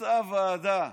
התכנסה הוועדה,